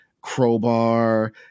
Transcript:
crowbar